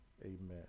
amen